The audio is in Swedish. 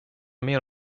mer